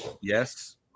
yes